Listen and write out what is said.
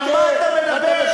על מה אתה מדבר?